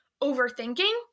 overthinking